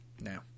now